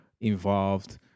involved